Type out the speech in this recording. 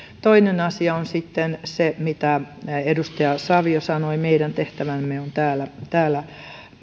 toinen asia on sitten se mitä edustaja savio sanoi meidän tehtävämme on täällä täällä